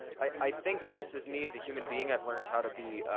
i think just as me as a human being, i've learned how to be,